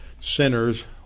sinners